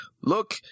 look